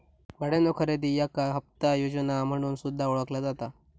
भाड्यानो खरेदी याका हप्ता योजना म्हणून सुद्धा ओळखला जाता